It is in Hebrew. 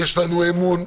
יש לנו אמון,